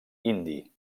indi